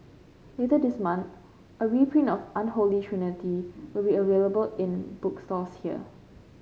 later this month a reprint of Unholy Trinity will be available in bookstores here